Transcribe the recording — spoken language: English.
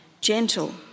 gentle